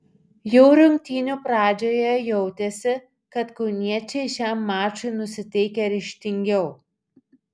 jau rungtynių pradžioje jautėsi kad kauniečiai šiam mačui nusiteikę ryžtingiau